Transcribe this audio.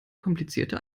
komplizierte